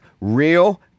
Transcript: real